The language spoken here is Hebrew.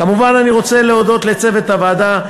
כמובן, אני רוצה להודות לצוות הוועדה: